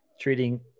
treating